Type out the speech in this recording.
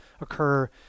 occur